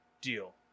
deal